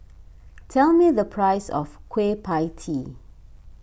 tell me the price of Kueh Pie Tee